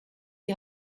die